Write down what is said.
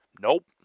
Nope